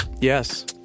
Yes